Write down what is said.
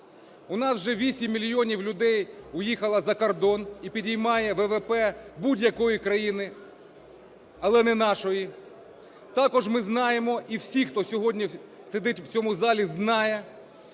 У нас вже 8 мільйонів людей виїхали за кордон і піднімають ВВП будь-якої країни, але не нашої. Також ми знаємо, і всі, хто сьогодні сидить в цьому залі знає,